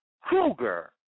Kruger